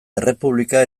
errepublika